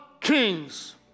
kings